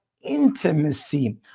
intimacy